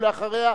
ואחריה,